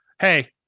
hey